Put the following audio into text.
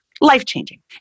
Life-changing